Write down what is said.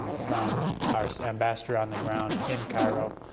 from our ambassador on the ground in cairo,